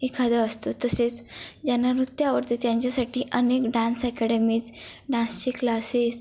एखादा असतो तसेच ज्यांना नृत्य आवडते त्यांच्यासाठी अनेक डान्स अकॅडमीज डान्सचे क्लासेस